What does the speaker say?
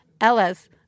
Ellis